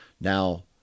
Now